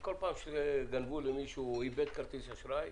וכל פעם שגנבו למישהו או איבד כרטיס אשראי,